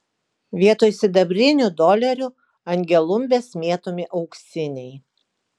vietoj sidabrinių dolerių ant gelumbės mėtomi auksiniai